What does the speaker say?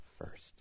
first